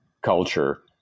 culture